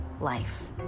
life